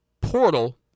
portal